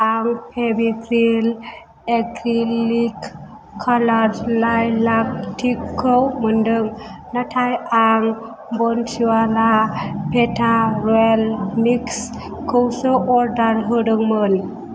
आं Fevicryl acrylic colours लाइलाक टिकखौ मोनदों नाथाय आं बन्सिवाला पेथा र'येल मिक्सखौसो अर्डार होदोंमोन